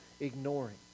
ignoring